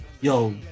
yo